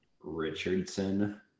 Richardson